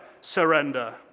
surrender